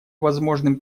возможным